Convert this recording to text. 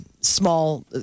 Small